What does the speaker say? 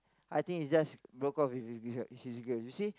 I think he just broke up with with with his girl you see